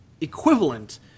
equivalent